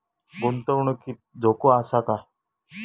गुंतवणुकीत धोको आसा काय?